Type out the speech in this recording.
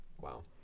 wow